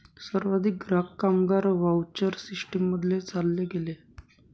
सर्वाधिक ग्राहक, कामगार व्हाउचर सिस्टीम मध्ये चालले गेले आहे